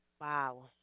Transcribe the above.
Wow